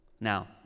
Now